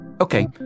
Okay